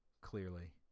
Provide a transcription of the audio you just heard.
clearly